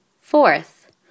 Fourth